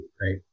right